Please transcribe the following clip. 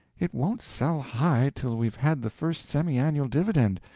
it won't sell high till we've had the first semi-annual dividend.